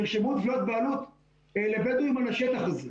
נרשמו תביעות בעלות לבדואים על השטח הזה.